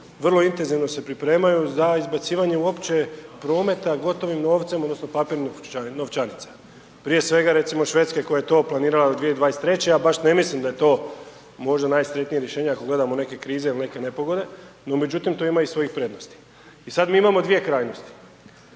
vrlo intenzivno se pripremaju za izbacivanje uopće promete gotovim novcem odnosno papirnih novčanica. Prije svega recimo Švedska koja je to planirala do 2023., a baš ne mislim da je to možda najsretnije rješenje ako gledamo neke krize ili neke nepogode, no međutim to ima i svojih prednosti. I sad mi imamo dvije krajnosti,